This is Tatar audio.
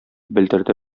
белдерде